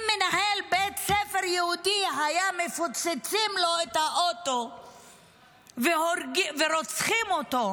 אם למנהל בית ספר יהודי היו מפוצצים את האוטו ורוצחים אותו,